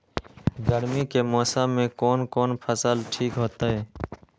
गर्मी के मौसम में कोन कोन फसल ठीक होते?